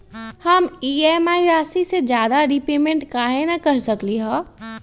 हम ई.एम.आई राशि से ज्यादा रीपेमेंट कहे न कर सकलि ह?